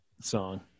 song